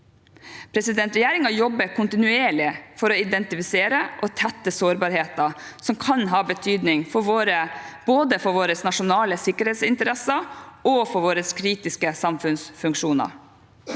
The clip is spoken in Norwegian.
er gjort. Regjeringen jobber kontinuerlig for å identifisere og tette sårbarheter som kan ha betydning både for våre nasjonale sikkerhetsinteresser og for våre kritiske samfunnsfunksjoner.